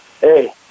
Hey